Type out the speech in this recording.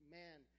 man